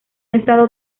estado